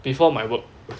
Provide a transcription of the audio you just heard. before my work